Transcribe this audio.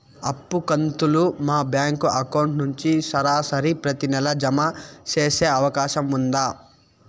అప్పు కంతులు మా బ్యాంకు అకౌంట్ నుంచి సరాసరి ప్రతి నెల జామ సేసే అవకాశం ఉందా?